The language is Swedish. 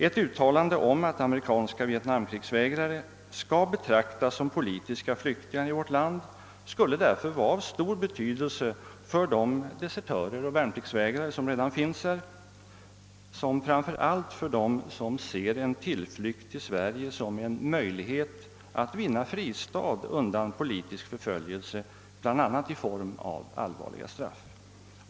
Ett uttalande om att amerikanska vietnamkrigsvägrare skall betraktas som politiska flyktingar i vårt land skulle därför vara av stor betydelse för de desertörer och värnpliktsvägrare som redan finns här, och framför allt för dem som ser en tillflykt i Sverige som en möjlighet att vinna en fristad undan politisk förföljelse bl.a. i form av allvarliga straff.